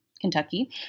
Kentucky